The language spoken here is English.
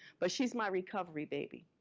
but she's my recovery baby.